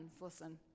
listen